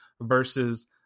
versus